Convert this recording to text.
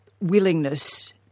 willingness